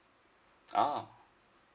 ah